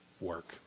work